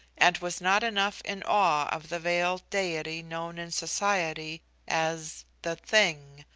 and was not enough in awe of the veiled deity known in society as the thing.